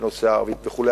הכול,